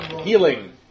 Healing